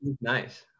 nice